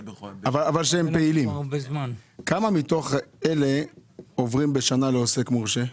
כמה מתוכם עוברים בשנה להיות עוסק מורשה?